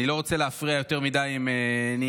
אני לא רוצה להפריע יותר מדי עם נינה,